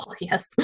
yes